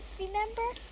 remember?